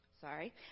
Sorry